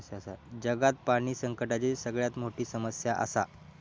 जगात पाणी संकटाची सगळ्यात मोठी समस्या आसा